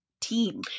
team